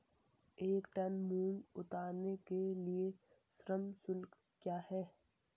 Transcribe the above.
एक टन मूंग उतारने के लिए श्रम शुल्क क्या है?